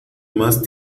más